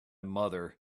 mother